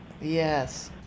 Yes